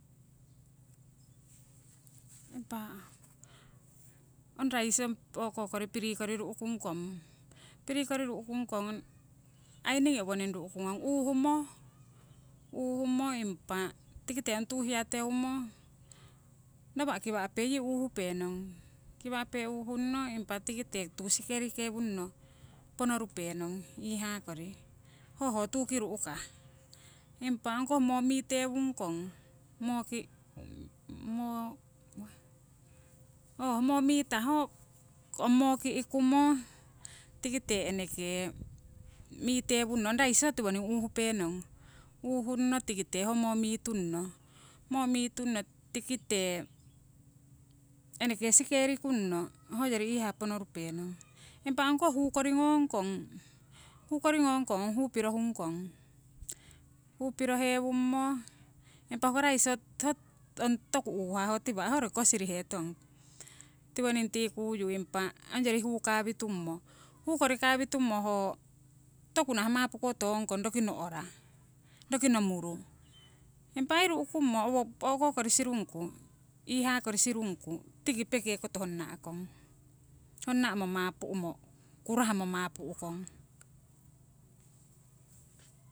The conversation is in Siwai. impa ong raisi ong o'ko kori piri ru'kung kong, piri kori ru'kung kong aii ningii owoning ru'kungong. uuhummo, uuhummo impa tikite ong tuu hiyateumo, nawa' kiwa'pe yii uuhupenong. Kiwa'pe uuhunno, impa tikite tuu sikeri kewunno ponorupenong iihaa kori hoho tuuki ru'kah. Impa ong koh moo mitewungkong, mooki ooh moo mitah ho moo ki'kumo tikite eneke mitewungno, ho ong rais ho tiwoning uuhupenong, uuhunno tikite ong moo mitunno, tikite eneke sikerikunno hoyori iihaa ponorupenong. Impa ong koh huu kori ngongkong ong huu pirohung kong, huu pirohewungmo, impa hoko rais ho ong toku uuhah ho tiwa' ho roki koh sirihetong, tiwoning tikuyu impa ongyori huu kawitummo, huu kori kawitummo ho toku nah mapuko tong kong, roki no`ra, roki nomuru. Impa aii ru'kummo owo o'ko kori sirungku iihaa kori sirungku tiki peke koto honna kong, honna'mo mapu'mo kurahmo mapu'kong.